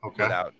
Okay